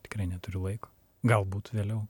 tikrai neturiu laiko galbūt vėliau